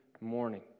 morning